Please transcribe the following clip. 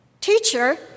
Teacher